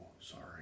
sorry